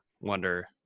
wonder